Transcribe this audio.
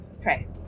Okay